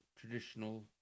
traditional